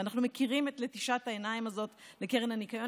ואנחנו מכירים את לטישת העיניים הזו לקרן הניקיון.